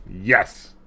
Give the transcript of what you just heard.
Yes